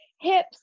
hips